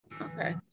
Okay